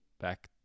back